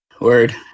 Word